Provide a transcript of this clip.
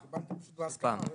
האמת, שנשמע את האוצר.